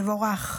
תבורך.